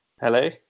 hello